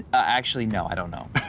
actually, no, i don't know.